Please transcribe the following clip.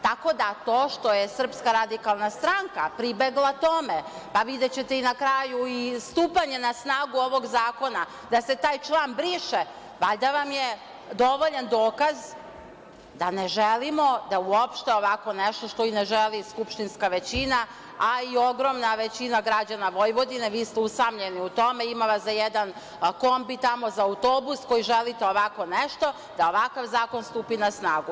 Tako da, to što je SRS pribegla tome, pa videćete i na kraju i stupanje na snagu ovog zakona, da se taj član briše, valjda vam je dovoljan dokaz da ne želimo da uopšte ovako nešto, što ne želi ni skupštinska većina, a i ogromna većina građana Vojvodine, vi ste usamljeni u tome, ima vas za jedan kombi ili autobus, da ovakav zakon stupi na snagu.